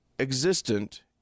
existent